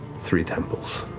three temples.